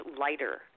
lighter